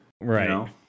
Right